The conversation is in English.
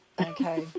Okay